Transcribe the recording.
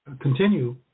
continue